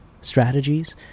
strategies